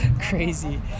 crazy